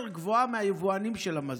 שהם עוד יותר גבוהים מהיבואנים של המזון.